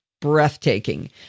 breathtaking